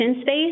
space